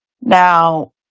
Now